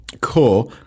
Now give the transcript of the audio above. Core